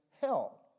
hell